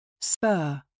Spur